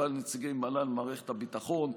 וכלל נציגי מל"ל ומערכת הביטחון.